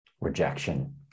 rejection